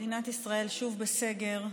מדינת ישראל שוב בסגר,